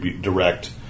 direct